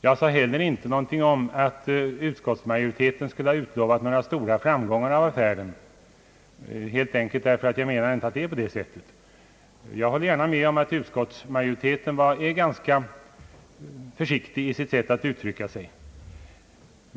Jag sade inte heller något om att utskottsmajoriteten utlovat stora framgångar som följd av affären, helt enkelt på grund av att jag inte har den uppfattningen. Jag håller gärna med om att utskottsmajoriteten är ganska försiktig i sitt uttryckssätt.